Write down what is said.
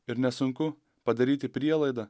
ir nesunku padaryti prielaidą